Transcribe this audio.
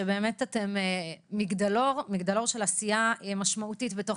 שאתם מגדלור של עשייה משמעותית בתוך